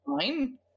fine